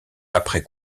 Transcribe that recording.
après